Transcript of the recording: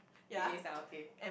it is ah okay